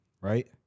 right